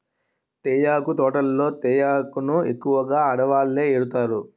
తేయాకు తోటల్లో తేయాకును ఎక్కువగా ఆడవాళ్ళే ఏరుతారు